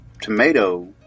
tomato